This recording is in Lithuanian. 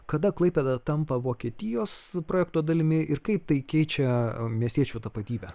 kada klaipėda tampa vokietijos projekto dalimi ir kaip tai keičia miestiečių tapatybę